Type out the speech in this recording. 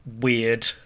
weird